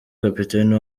kapiteni